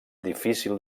difícil